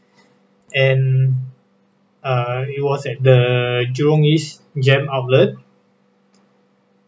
and uh it was at the jurong east jem outlet